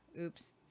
Oops